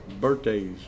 birthdays